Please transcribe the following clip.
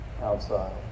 outside